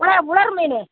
உல உலர் மீன்